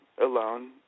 alone